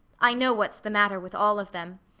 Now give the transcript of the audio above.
i know what's the matter with all of them.